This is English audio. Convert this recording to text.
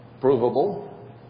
provable